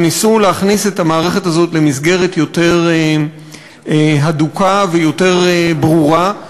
אבל ניסו להכניס את המערכת הזאת למסגרת יותר הדוקה ויותר ברורה,